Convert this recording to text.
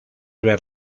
ver